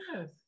Yes